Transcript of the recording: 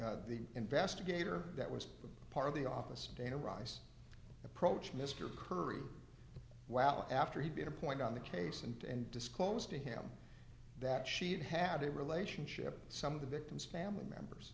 the the investigator that was part of the office dana rice approach mr curry wow after he'd been a point on the case and disclosed to him that she had had a relationship some of the victim's family members